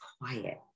quiet